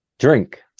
drink